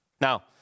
Now